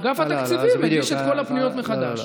אגף התקציבים הגיש את כל הפניות מחדש.